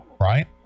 Right